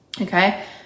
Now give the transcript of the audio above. Okay